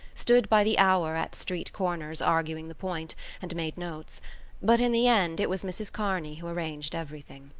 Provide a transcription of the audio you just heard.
stood by the hour at street corners arguing the point and made notes but in the end it was mrs. kearney who arranged everything.